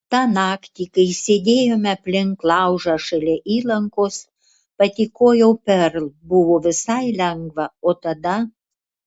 tą naktį kai sėdėjome aplink laužą šalia įlankos patykojau perl buvo visai lengva o tada